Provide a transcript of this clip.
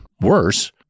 worse